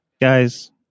Guys